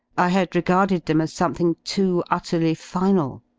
i had regarded them as something too utterly final,